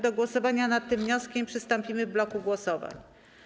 Do głosowania nad tym wnioskiem przystąpimy w bloku głosowań.